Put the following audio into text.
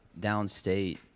downstate